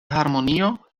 harmonio